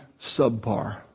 subpar